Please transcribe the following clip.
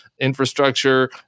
infrastructure